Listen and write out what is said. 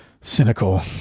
cynical